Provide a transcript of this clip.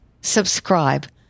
subscribe